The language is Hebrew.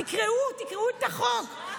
תקראו, תקראו את החוק.